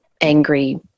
angry